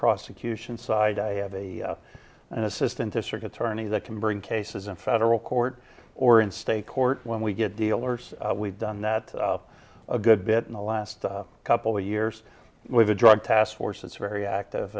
prosecution side i have a an assistant district attorney that can bring cases in federal court or in state court when we get dealers we've done that a good bit in the last couple of years with the drug task force it's very active